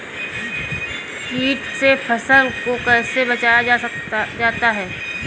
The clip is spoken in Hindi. कीट से फसल को कैसे बचाया जाता हैं?